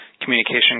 communication